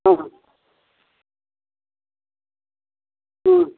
अँ अँ